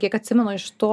kiek atsimenu iš to